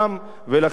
אדוני היושב-ראש,